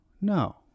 no